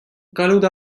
gallout